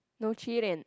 no cheating